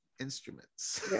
instruments